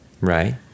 Right